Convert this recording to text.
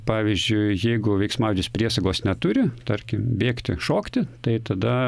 pavyzdžiui jeigu veiksmažodis priesagos neturi tarkim bėgti šokti tai tada